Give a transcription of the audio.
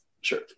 Sure